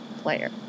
player